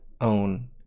own